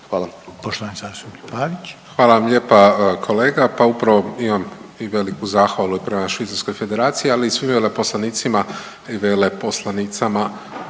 Pavić. **Pavić, Marko (HDZ)** Hvala vam lijepa kolega. Pa upravo imam i veliku zahvalu i prema Švicarskoj Federaciji, ali i svim veleposlanicima i veleposlanicama